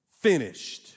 finished